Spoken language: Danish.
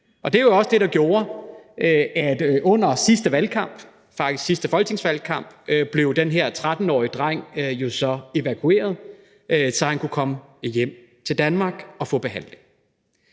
der gjorde, at under sidste folketingsvalgkamp blev den her 13-årig dreng evakueret, så han kunne komme hjem til Danmark og få behandling.